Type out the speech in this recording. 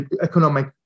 economic